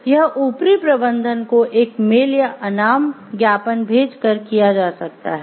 यह ऊपरी प्रबंधन को एक मेल या एक अनाम ज्ञापन भेजकर किया जा सकता है